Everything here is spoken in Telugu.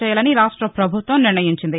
చేయాలని రాష్ట పభుత్వం నిర్ణయించింది